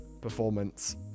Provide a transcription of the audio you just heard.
performance